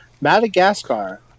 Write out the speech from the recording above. Madagascar